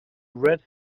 red